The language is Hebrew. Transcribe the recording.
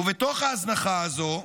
ובתוך ההזנחה הזו,